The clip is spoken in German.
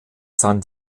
san